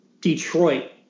Detroit